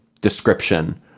description